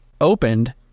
opened